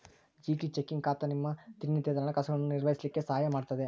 GT checking ಖಾತಾ ನಿಮ್ಮ ದಿನನಿತ್ಯದ ಹಣಕಾಸುಗಳನ್ನು ನಿರ್ವಹಿಸ್ಲಿಕ್ಕೆ ಸಹಾಯ ಮಾಡುತ್ತದೆ